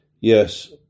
Yes